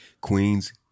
Queen's